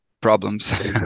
problems